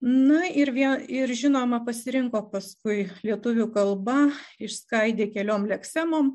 na ir vėl ir žinoma pasirinko paskui lietuvių kalba išskaidė keliom leksemom